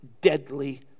deadly